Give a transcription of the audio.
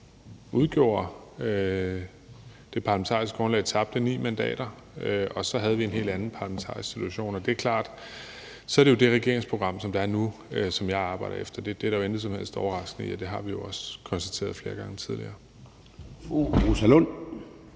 tabte det parlamentariske grundlag ni mandater, og så havde vi en helt anden parlamentarisk situation. Det er klart, at så er det jo det regeringsprogram, der er nu, som jeg arbejder efter. Det er der jo intet som helst overraskende i, og det har vi jo også konstateret flere gange tidligere.